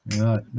Right